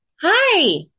hi